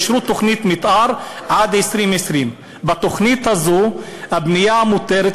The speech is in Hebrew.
אישרו תוכנית מתאר עד 2020. בתוכנית הזאת הבנייה המותרת,